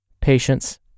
patience